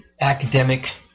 academic